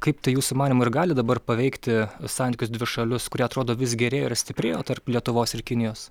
kaip tai jūsų manymu ir gali dabar paveikti santykius dvišalius kurie atrodo vis gerėjo ir stiprėjo tarp lietuvos ir kinijos